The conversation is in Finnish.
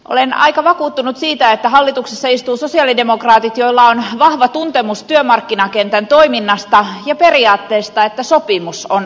olen aika vakuuttunut siitä että hallituksessa istuvilla sosialidemokraateilla on vahva tuntemus työmarkkinakentän toiminnasta ja periaatteesta että sopimus on aina sopimus